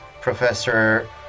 Professor